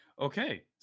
Okay